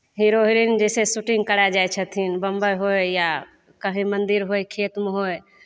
hero heroine जे छै से शूटिंग करय जाइ छथिन बम्बइ होय या कहीँ मन्दिर होय खेतमे होय